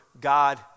God